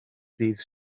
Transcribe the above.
ddydd